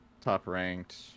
top-ranked